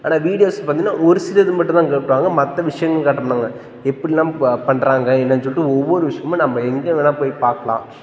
ஆனால் வீடியோஸ் பார்த்தீங்கன்னா ஒரு சிலது மட்டும் தான் காட்டுவாங்க மற்ற விஷயங்கள் காட்ட மாட்டாங்க எப்படில்லாம் ப பண்ணுறாங்க என்னென்னு சொல்லிட்டு ஒவ்வொரு விஷயமும் நம்ம எங்கே வேணுனா போய் பார்க்கலாம்